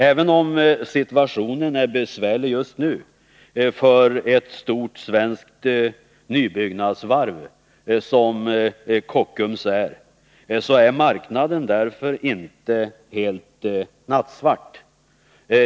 Även om situationen är besvärlig just nu för ett stort svenskt nybyggnadsvarv som Kockums, så är marknaden därför inte helt nattsvart.